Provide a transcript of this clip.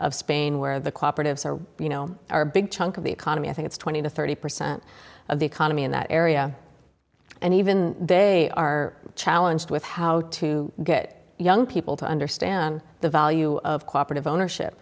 of spain where the cooperatives are you know are a big chunk of the economy i think it's twenty to thirty percent of the economy in that area and even they are challenged with how to get young people to understand the value of cooperate of ownership